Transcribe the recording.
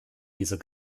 dieser